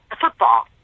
football